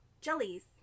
jellies